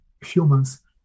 humans